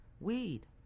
weed